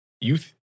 Youth